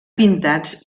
pintats